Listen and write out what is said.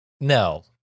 No